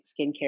skincare